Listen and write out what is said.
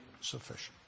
sufficient